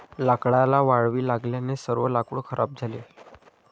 लाकडाला वाळवी लागल्याने सर्व लाकूड खराब झाले